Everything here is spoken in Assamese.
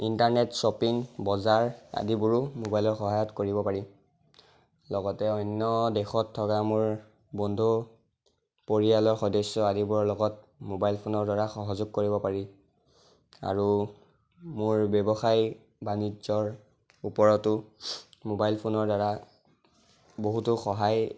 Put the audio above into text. ইণ্টাৰনেট শ্বপিং বজাৰ আদিবোৰো ম'বাইলৰ সহায়ত কৰিব পাৰি লগতে অন্য় দেশত থকা মোৰ বন্ধু পৰিয়ালৰ সদস্য় আদিবোৰৰ লগত ম'বাইল ফোনৰ দ্বাৰা সহযোগ কৰিব পাৰি আৰু মোৰ ব্য়ৱসায় বাণিজ্য়ৰ ওপৰতো ম'বাইল ফোনৰ দ্বাৰা বহুতো সহায়